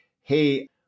hey